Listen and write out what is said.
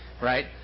right